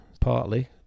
partly